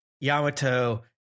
Yamato